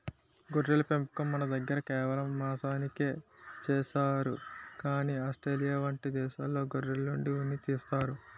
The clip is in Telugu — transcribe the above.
గొర్రెల పెంపకం మనదగ్గర కేవలం మాంసానికే చేస్తారు కానీ ఆస్ట్రేలియా వంటి దేశాల్లో గొర్రెల నుండి ఉన్ని తీస్తారు